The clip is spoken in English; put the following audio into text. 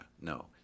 no